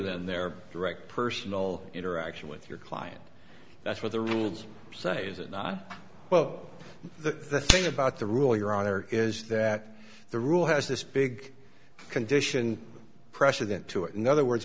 than their direct personal interaction with your client that's what the rules say is it not well the thing about the rule your honor is that the rule has this big condition precedent to it in other words